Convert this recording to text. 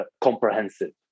comprehensive